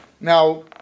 Now